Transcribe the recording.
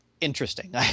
interesting